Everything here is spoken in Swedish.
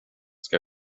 ska